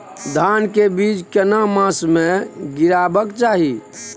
धान के बीज केना मास में गीरावक चाही?